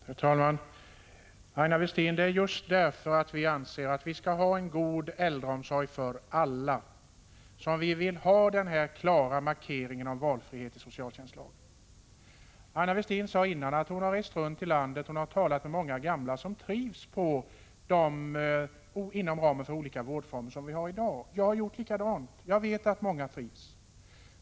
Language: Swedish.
Herr talman! Aina Westin, det är just för att vi anser att vi skall ha en god äldreomsorg för alla som vi vill ha denna klara markering i socialtjänstlagen beträffande valfriheten. Aina Westin sade att hon har rest runt i landet och talat med många gamla som trivs inom ramen för de olika vårdformer som vi har i dag. Jag har också gjort det. Jag vet att många trivs.